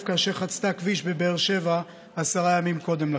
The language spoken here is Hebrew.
כאשר חצתה כביש בבאר שבע עשרה ימים קודם לכן.